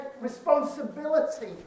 responsibility